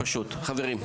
מרחביות.